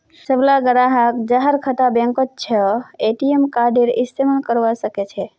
सबला ग्राहक जहार खाता बैंकत छ ए.टी.एम कार्डेर इस्तमाल करवा सके छे